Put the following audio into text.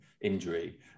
injury